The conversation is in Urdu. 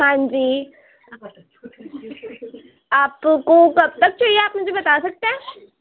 ہاں جی آپ کو کب تک چاہیے آپ مجھے بتا سکتے ہیں